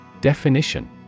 Definition